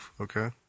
Okay